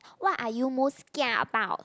what are you most kia about